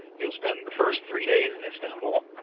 youill spend the first three days in istanbul.